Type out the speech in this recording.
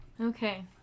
okay